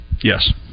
Yes